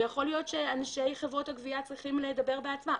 ויכול להיות שאנשי חברות הגבייה צריכים לדבר בעצמם,